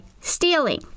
stealing